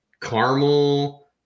caramel